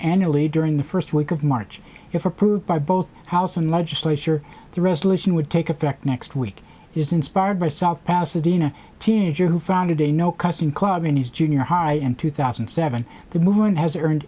annually during the first week of march if approved by both house and legislature the resolution would take effect next week is inspired by south pasadena teenager who founded a no cussing club in his junior high in two thousand and seven the movement has earned